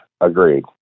Agreed